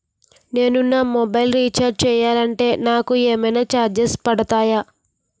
నేను నా mobile recharge చేయాలంటే నాకు ఏమైనా చార్జెస్ పడతాయా?